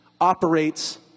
operates